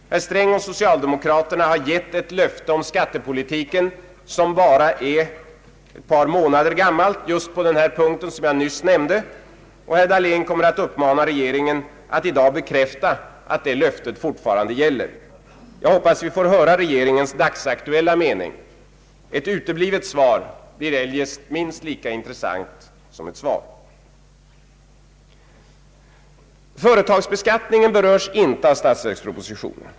Herr Sträng och socialdemokraterna har givit ett löfte om skattepolitiken som bara är ett par månader gammalt, just på den punkt jag nyss nämnde, och herr Dahlén kommer att uppmana regeringen att bekräfta att det löftet fortfarande gäller. Jag hoppas vi får höra regeringens dagsaktuelia mening. Ett uteblivet svar blir eljest minst lika intressant som ett svar. Företagsbeskattningen berörs inte av statsverkspropositionen.